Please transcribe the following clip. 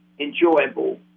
enjoyable